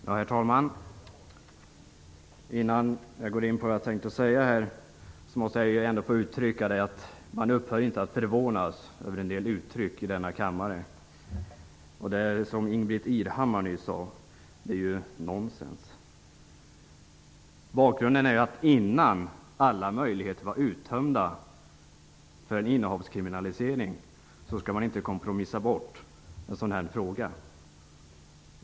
Herr talman! Innan jag går in på sakfrågan, måste jag ändå få säga att man inte upphör att förvånas över en del uttryck i denna kammare. Det som Ingbritt Irhammar nyss sade är nonsens. Bakgrunden är att innan alla möjligheter för en innehavskriminalsering var uttömda kunde man inte kompromissa bort en sådan här fråga.